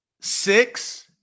six